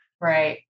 right